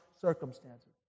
circumstances